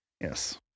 Yes